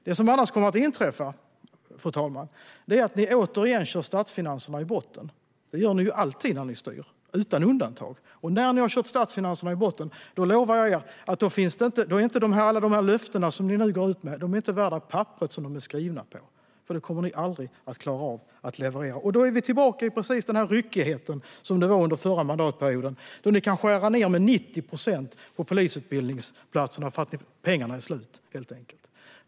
Det som annars kommer att inträffa är att ni återigen kör statsfinanserna i botten. Det gör ni alltid när ni styr, utan undantag. När ni har kört statsfinanserna i botten lovar jag er att alla de löften som ni nu går ut med inte ens är värda papperet som de är skrivna på. Ni kommer aldrig att klara av att leverera. Då är vi tillbaka i den ryckighet som rådde under förra mandatperioden. Då kunde ni skära ned polisutbildningen med 90 procent för att pengarna var slut, helt enkelt.